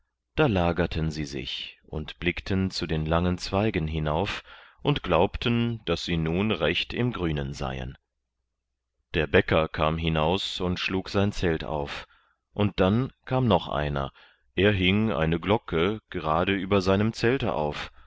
da lagerten sie sich und blickten zu den langen zweigen hinauf und glaubten daß sie nun recht im grünen seien der bäcker kam hinaus und schlug sein zelt auf und dann kam noch einer er hing eine glocke gerade über seinem zelte auf